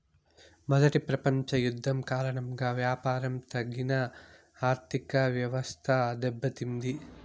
మొదటి ప్రపంచ యుద్ధం కారణంగా వ్యాపారం తగిన ఆర్థికవ్యవస్థ దెబ్బతింది